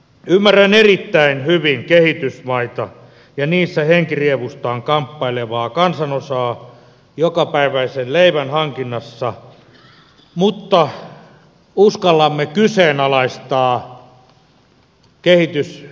ymmärrän erittäin hyvin kehitysmaita ja niissä jokapäiväisen leivän hankinnassa henkirievustaan kamppailevaa kansanosaa mutta uskallamme kyseenalaistaa kehitysyhteistyön muodot ja vaikuttavuuden